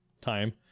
time